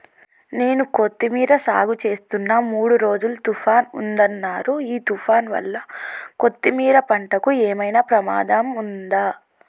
నేను కొత్తిమీర సాగుచేస్తున్న మూడు రోజులు తుఫాన్ ఉందన్నరు ఈ తుఫాన్ వల్ల కొత్తిమీర పంటకు ఏమైనా ప్రమాదం ఉందా?